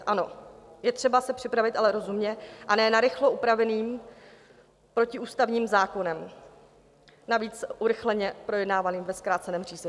Ano, je třeba se připravit, ale rozumně a ne narychlo upraveným protiústavním zákonem, navíc urychleně projednávaným ve zkráceném řízení.